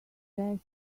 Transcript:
desk